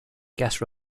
guest